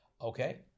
Okay